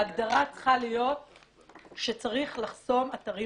ההגדרה צריכה להיות שצריך לחסום אתרים